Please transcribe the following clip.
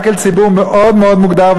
רק לציבור מאוד מוגדר,